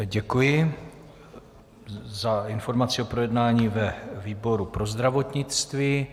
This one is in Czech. Děkuji za informaci o projednání ve výboru pro zdravotnictví.